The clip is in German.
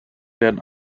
werden